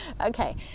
okay